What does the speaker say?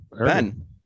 ben